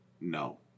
No